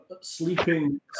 sleeping